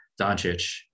Doncic